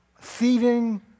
thieving